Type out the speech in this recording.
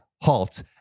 halt